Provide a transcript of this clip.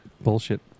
bullshit